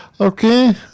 Okay